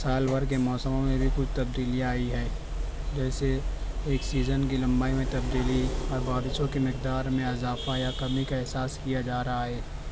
سال بھر کے موسموں میں بھی کچھ تبدیلی آئی ہے جیسے ایک سیزن کی لمبائی میں تبدیلی اور بارشوں کی مقدار میں اضافہ یا کمی کا احساس کیا جا رہا ہے